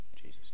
Jesus